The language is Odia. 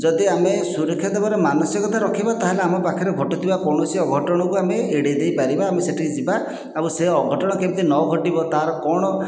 ଯଦି ଆମେ ସୁରକ୍ଷା ଦେବାର ମାନସିକତା ରଖିବା ତା'ହେଲେ ଆମ ପାଖରେ ଘଟୁଥିବା କୌଣସି ଅଘଟଣକୁ ଆମେ ଏଡ଼ାଇଦେଇପାରିବା ଆମେ ସେଠିକି ଯିବା ଏବଂ ସେ ଅଘଟଣ କେମିତି ନଘଟିବ ତାର କ'ଣ